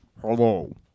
Hello